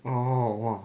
oh !wah!